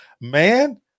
Man